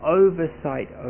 oversight